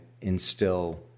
instill